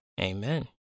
Amen